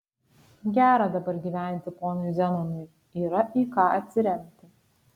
gera dabar gyventi ponui zenonui yra į ką atsiremti